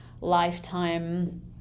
lifetime